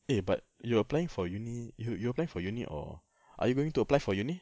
eh but you're applying for uni you you're applying for uni or are you going to apply for uni